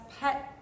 pet